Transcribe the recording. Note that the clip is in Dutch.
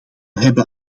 hebben